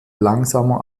langsamer